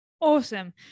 Awesome